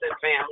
family